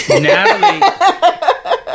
Natalie